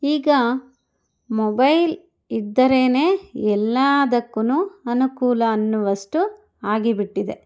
ಈಗ ಮೊಬೈಲ್ ಇದ್ದರೇ ಎಲ್ಲದಕ್ಕೂ ಅನುಕೂಲ ಅನ್ನುವಷ್ಟು ಆಗಿ ಬಿಟ್ಟಿದೆ